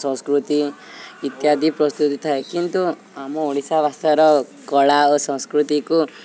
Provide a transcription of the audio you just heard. ସଂସ୍କୃତି ଇତ୍ୟାଦି ପ୍ରସ୍ତୁତି ଥାଏ କିନ୍ତୁ ଆମ ଓଡ଼ିଶା ଭାଷାର କଳା ଓ ସଂସ୍କୃତିକୁ